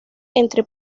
entre